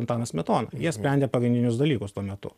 antanas smetona jie sprendė pagrindinius dalykus tuo metu